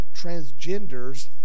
transgenders